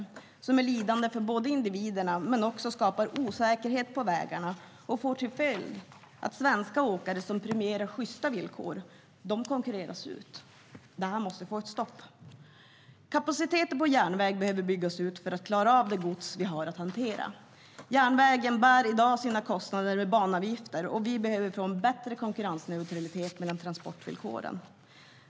Det innebär ett lidande för individerna men skapar också osäkerhet på vägarna och får till följd att svenska åkare, som premierar sjysta villkor, konkurreras ut. Det måste få ett slut. Kapaciteten på järnväg behöver byggas ut för att klara av det gods vi har att hantera. Järnvägen bär i dag sina kostnader i form av banavgifter. Vi behöver få bättre konkurrensneutralitet mellan transportslagen.